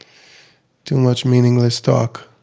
too much meaningless talk.